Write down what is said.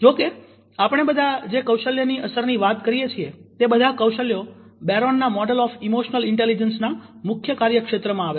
જો કે આપણે બધા જે કૌશલ્યની અસરની વાત કરીએ છીએ તે બધા કૌશલ્યો બેરોનના મોડેલ ઓફ ઈમોશનલ ઈન્ટેલીજન્સના મુખ્ય કાર્યક્ષેત્રમાં આવે છે